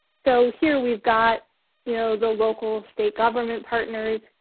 so here we've got you know the local state government partners.